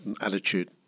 attitude